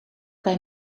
bij